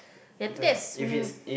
ya that's